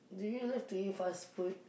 do you love to eat fast-food